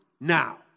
now